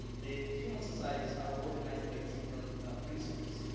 the human societies are organized by different principles. and